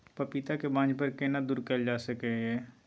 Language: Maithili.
पपीता के बांझपन केना दूर कैल जा सकै ये?